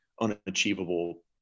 unachievable